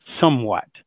somewhat